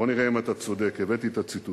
בוא נראה אם אתה צודק, הבאתי את הציטוט.